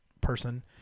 person